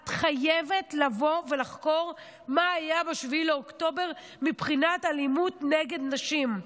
את חייבת לבוא ולחקור מה היה ב-7 באוקטובר מבחינת אלימות נגד נשים.